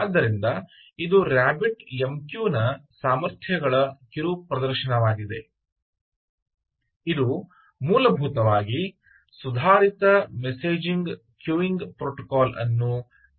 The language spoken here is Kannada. ಆದ್ದರಿಂದ ಇದು ರಾಬಿಟ್ MQ ನ ಸಾಮರ್ಥ್ಯಗಳ ಕಿರುಪ್ರದರ್ಶನವಾಗಿದೆ ಇದು ಮೂಲಭೂತವಾಗಿ ಸುಧಾರಿತ ಮೆಸೇಜಿಂಗ್ ಕ್ಯೂಯಿಂಗ್ ಪ್ರೋಟೋಕಾಲ್ ಅನ್ನು ಆಧರಿಸಿ ಕಾರ್ಯಗತಗೊಳ್ಳುತ್ತದೆ